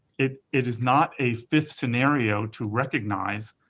it it is not a fifth scenario to recognize,